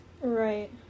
Right